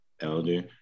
elder